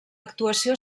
actuació